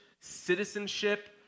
citizenship